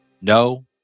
No